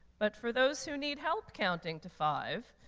but for those who need help counting to five,